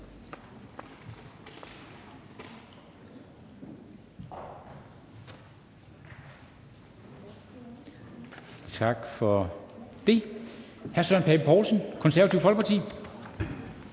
er sluttet. Hr. Søren Pape Poulsen, Det Konservative Folkeparti.